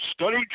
studied